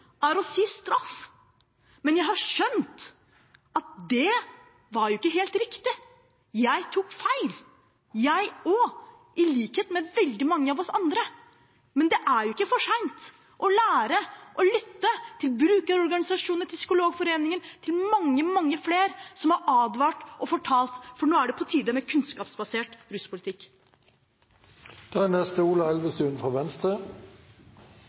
er straff, men jeg har skjønt at det ikke er helt riktig. Jeg tok feil – i likhet med veldig mange andre. Men det er ikke for sent å lære å lytte til brukerorganisasjoner, til Psykologforeningen og til mange, mange flere som har advart og fortalt, for nå er det på tide med kunnskapsbasert ruspolitikk. Nå har vi hørt regjeringspartiene snakke om sin forebyggings- og behandlingsreform, men det jeg hører, er